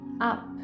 up